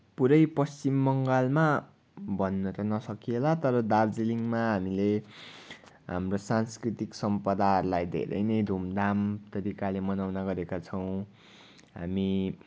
पुरै पश्चिम बङ्गालमा भन्न त नसकिएला तर दार्जिलिङमा हामीले हाम्रो सांस्कृतिक सम्पदाहरूलाई धेरै नै धुमधाम तरिकाले मनाउने गरेका छौँ हामी